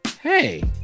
hey